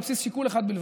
על בסיס שיקול אחד בלבד: